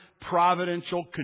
providential